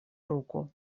руку